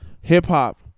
hip-hop